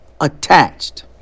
attached